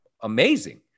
amazing